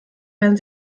werden